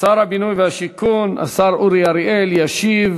שר הבינוי והשיכון השר אורי אריאל, ישיב